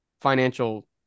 financial